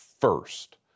first